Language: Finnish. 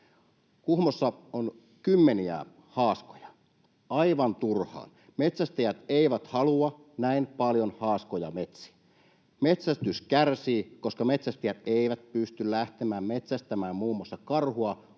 Kuhmossa on kymmeniä haaskoja, aivan turhaan. Metsästäjät eivät halua näin paljon haaskoja metsiin. Metsästys kärsii, koska metsästäjät eivät pysty lähtemään metsästämään muun muassa karhua